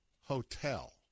Hotel